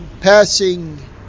passing